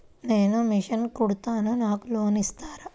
నేను మిషన్ కుడతాను నాకు లోన్ ఇస్తారా?